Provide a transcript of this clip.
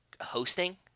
Hosting